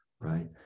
right